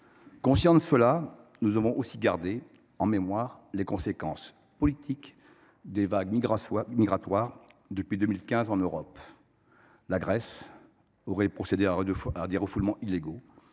Conscients de cela, nous devons aussi garder en mémoire les conséquences politiques des vagues migratoires depuis 2015 en Europe. La Grèce aurait procédé à des refoulements illégaux,